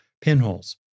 pinholes